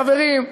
חברים,